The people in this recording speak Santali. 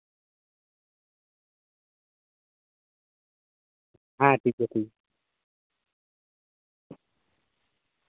ᱦᱮᱸ ᱴᱷᱤᱠ ᱜᱮᱭᱟ ᱴᱷᱤᱠ